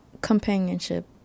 companionship